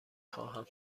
خواهم